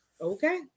Okay